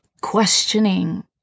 questioning